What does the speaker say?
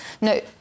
No